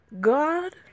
God